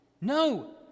No